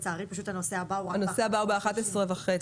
הנושא הבא הוא רק ב-11:30.